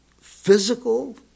physical